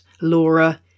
Laura